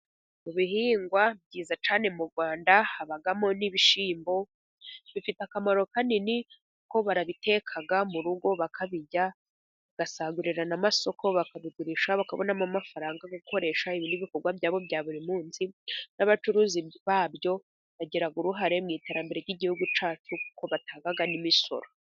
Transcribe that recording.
Mu bihingwa byiza cyane mu Rwanda habamo n'ibishimbo, bifite akamaro kanini, kuko barabiteka mu rugo bakabirya, bagasagurira n' amasosoko, bakabigurisha, bakabonamo amafaranga yo gukoresha ibindikorwa bya bo bya buri munsi, n'abacuruzi ba byo bagira uruhare mu iterambere ry'igihugu cyacu, kuko batanga n'imisoro.